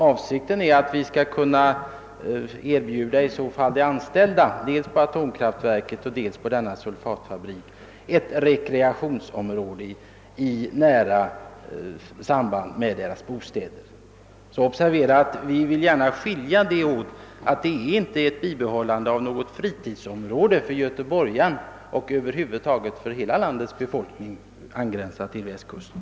Avsikten är väl att erbjuda de anställda vid atomkraftverket och sulfatfabriken ett rekreationsområde i nära anslutning till deras bostäder. Det bör observeras att vi nog bör skilja de båda sakerna åt. Det är här inte fråga om bibehållandet av ett fritidsområde för göteborgarna — och för det övriga landets befolkning som har anknytning till västkusten.